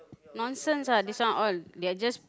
nonsense ah this one all they are just